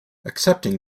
accepting